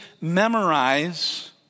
memorize